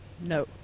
no